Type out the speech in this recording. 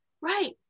right